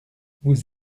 vous